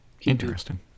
Interesting